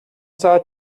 saw